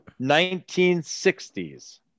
1960s